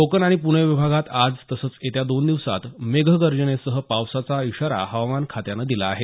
कोकण आणि पूणे विभागात आज तसंच येत्या दोन दिवसांत मेघगर्जनेसह पावसाचा इशारा हवामान खात्यानं दिला आहे